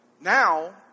Now